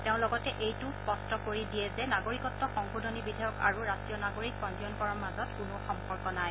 তেওঁ লগতে এইটোও স্পষ্ট কৰি দিয়ে যে নাগৰিকত্ব সংশোধনী বিধেয়ক আৰু ৰাষ্ট্ৰীয় নাগৰিক পঞ্জীকৰণৰ মাজত কোনো সম্পৰ্ক নাই